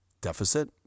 Deficit